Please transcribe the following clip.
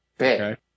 Okay